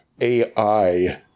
AI